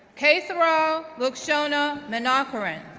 kethural luxshana manokaran,